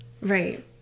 right